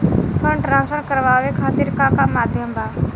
Fund transfer करवाये खातीर का का माध्यम बा?